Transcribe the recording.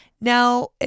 Now